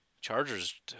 Chargers